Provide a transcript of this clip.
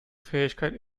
fähigkeit